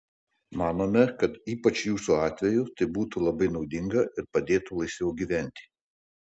manome kad ypač jūsų atveju tai būtų labai naudinga ir padėtų laisviau gyventi